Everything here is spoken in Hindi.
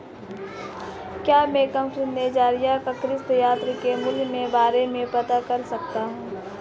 क्या मैं ई कॉमर्स के ज़रिए कृषि यंत्र के मूल्य के बारे में पता कर सकता हूँ?